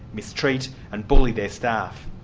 mistreat, and bully their staff.